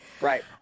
Right